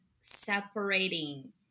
separating